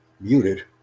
muted